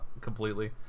completely